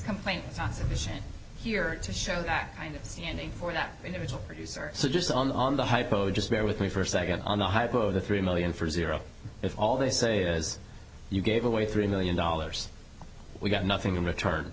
complaint is not sufficient here to show that kind of standing for that individual producer so just on the hypo just bear with me for a second on the hypo the three million for zero if all they say is you gave away three million dollars we got nothing in return